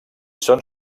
són